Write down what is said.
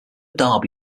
darby